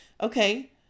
Okay